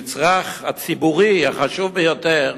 המצרך הציבורי החשוב ביותר